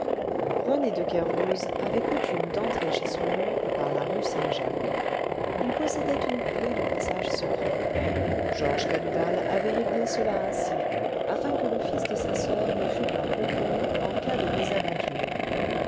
rené do kervoz avait coutume d'entrer chez son oncle par la rue saint-jacques il possédait une clef du passage secret georges cadoudal avait réglé cela ainsi afin que le fils de sa soeur ne fût pas compromis en cas de mésaventure